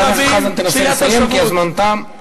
חבר הכנסת חזן, תנסה לסיים כי הזמן תם.